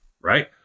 right